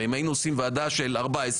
הרי אם היינו עושים ועדה של 16,